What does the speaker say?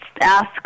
asks